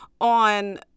on